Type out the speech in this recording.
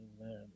amen